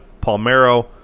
Palmero